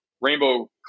rainbow